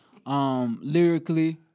Lyrically